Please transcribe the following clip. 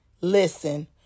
listen